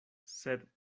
sed